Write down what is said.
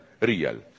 real